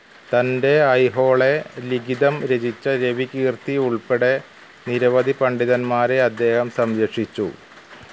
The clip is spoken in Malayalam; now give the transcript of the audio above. തന്റെ ഐഹോളെ ലിഘിതം രചിച്ച രവി കീർത്തി ഉൾപ്പെടെ നിരവധി പണ്ഡിതന്മാരെ അദ്ദേഹം സംരക്ഷിച്ചു